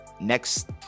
next